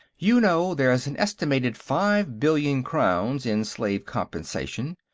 you know, there's an estimated five billion crowns in slave-compensation,